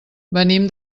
venim